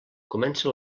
comença